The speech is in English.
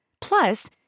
Plus